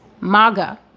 Maga